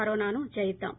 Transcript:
కరోనాను జయిద్దాం